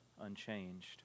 unchanged